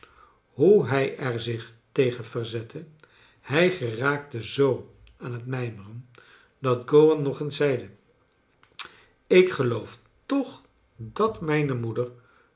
hoe hij er zich tegen verzette hij geraakte zoo aan het mijmeren dat gowan nog eens zeide ik geloof toch dat mijne moeder